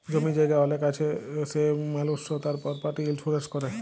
জমি জায়গা অলেক আছে সে মালুসট তার পরপার্টি ইলসুরেলস ক্যরে